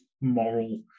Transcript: moral